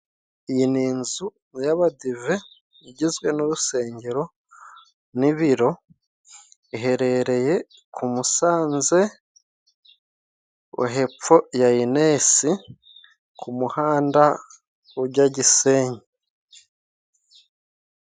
Iyi ni inzu y'abadive igizwe n'urusengero n'ibiro, iherereye ku Musanze o hepfo ya inesi ku muhanda ujya Gisenyi.